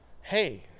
Hey